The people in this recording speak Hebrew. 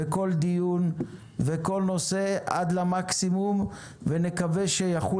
כל דיון וכל נושא עד למקסימום ונקווה שיחול